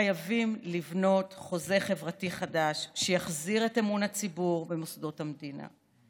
חייבים לבנות חוזה חברתי חדש שיחזיר את אמון הציבור במוסדות המדינה.